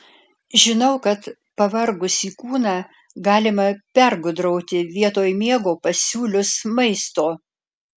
žinau kad pavargusį kūną galima pergudrauti vietoj miego pasiūlius maisto